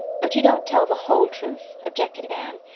but you don't tell the whole truth, objected anne.